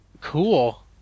Cool